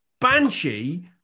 Banshee